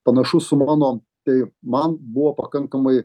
panašus su mano tai man buvo pakankamai